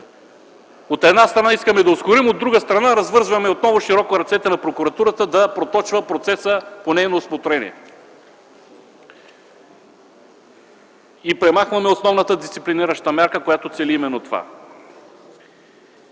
от една страна искаме да ускорим, а от друга страна развързваме отново широко ръцете на прокуратурата да проточва процеса по нейно усмотрение и премахваме основната дисциплинираща мярка, която цели именно това.